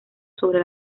sobre